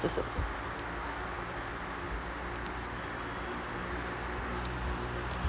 also